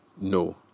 No